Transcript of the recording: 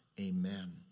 Amen